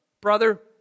brother